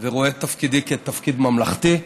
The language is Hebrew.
ורואה את תפקידי כתפקיד ממלכתי.